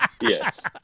Yes